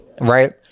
Right